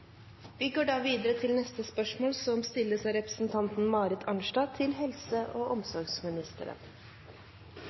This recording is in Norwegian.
Vi går da videre til spørsmål 3, fra representanten Rasmus Hansson til